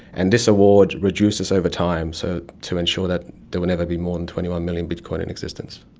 and this award reduces over time, so to ensure that there will never be more than twenty one million bitcoin in existence.